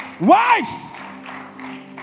Wives